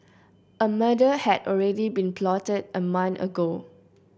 a murder had already been plotted a month ago